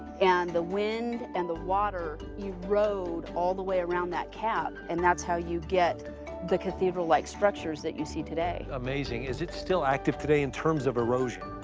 and the wind and the water erode all the way around that cap. and that's how you get the cathedral-like structures that you see today. amazing. is it still active today in terms of erosion?